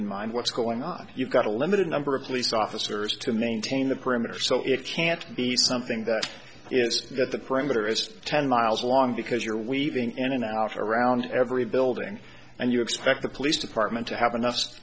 in mind what's going on you've got a limited number of police officers to maintain the perimeter so it can't be something that is that the perimeter is ten miles long because you're weaving in and out around every building and you expect the police department to have